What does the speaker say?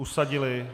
Usadili.